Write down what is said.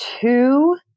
two